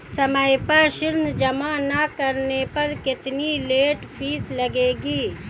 समय पर ऋण जमा न करने पर कितनी लेट फीस लगेगी?